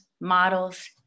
models